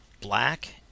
Black